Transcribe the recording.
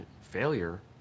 Failure